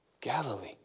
Galilee